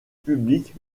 public